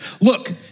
look